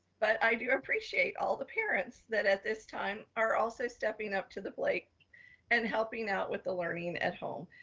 but i do appreciate all the parents that at this time are also stepping up to the plate and helping out with the learning at home.